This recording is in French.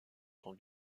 son